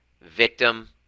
victim